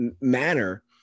manner